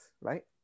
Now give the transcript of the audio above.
right